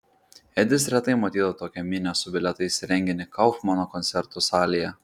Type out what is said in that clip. edis retai matydavo tokią minią su bilietais į renginį kaufmano koncertų salėje